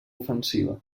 ofensiva